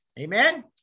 Amen